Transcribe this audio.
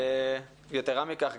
יתרה מכך,